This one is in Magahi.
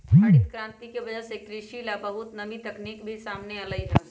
हरित करांति के वजह से कृषि ला बहुत नई तकनीक भी सामने अईलय है